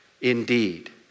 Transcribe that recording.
indeed